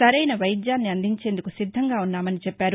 సరైన వైద్యాన్ని అందించేందుకు సిద్దంగా ఉన్నామని చెప్పారు